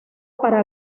para